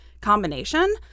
combination